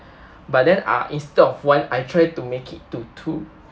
but then uh instead of one I try to make it to two